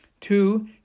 Two